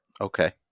Okay